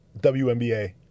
WNBA